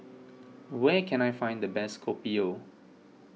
where can I find the best Kopi O